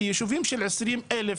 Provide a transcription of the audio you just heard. כי ישובים של 20,000,